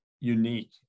unique